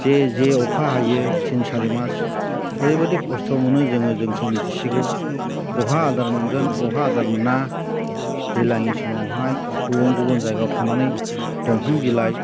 जे जे अखा हायो थिन सारि मास ओरैबायदि खस्थ' मोनो जोङो जोंसो मिनथिसिगौ बहा आदार मोनगोन बहा आदार मोना दैज्लांनि समावहाय गुबुन गुबुन जायगायाव थांनानै दंफां बिलाइ